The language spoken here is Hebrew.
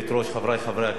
חברי חברי הכנסת,